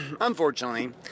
unfortunately